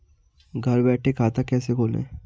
घर बैठे खाता कैसे खोलें?